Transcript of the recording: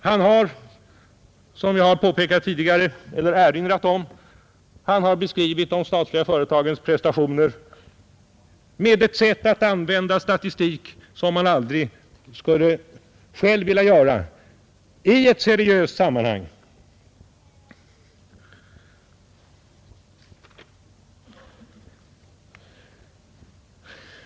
Herr Burenstam Linder har som jag tidigare erinrat om beskrivit de statliga företagens prestationer med att använda statistik på ett sätt som man själv aldrig skulle vilja göra i ett seriöst sammanhang.